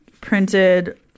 printed